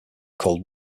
called